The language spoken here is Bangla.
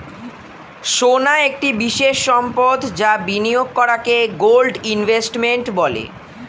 সোনা একটি বিশেষ সম্পদ যা বিনিয়োগ করাকে গোল্ড ইনভেস্টমেন্ট বলে